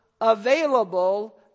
available